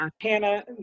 Hannah